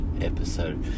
episode